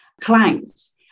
clients